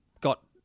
got